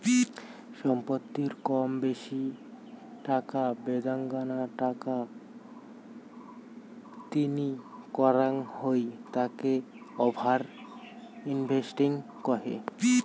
সম্পত্তির কর বেশি টাকা বেদাঙ্গনা টাকা তিনি করাঙ হই তাকে ওভার ইনভেস্টিং কহে